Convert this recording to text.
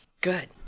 good